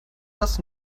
das